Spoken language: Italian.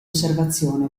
osservazione